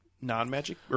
non-magic